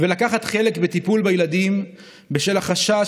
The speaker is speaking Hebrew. ולקחת חלק בטיפול בילדים בשל החשש